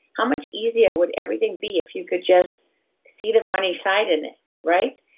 how much easier would everything be if you could just see the funny side in it right?